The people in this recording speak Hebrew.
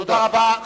תודה רבה.